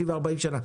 30 או 40 שנים.